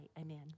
Amen